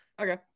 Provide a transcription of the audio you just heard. Okay